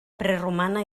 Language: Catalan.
preromana